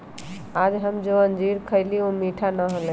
आज हम जो अंजीर खईली ऊ मीठा ना हलय